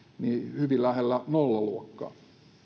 hyvin lähellä nollaluokkaa